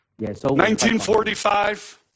1945